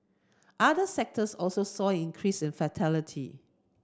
other sectors also saw an increase in fatality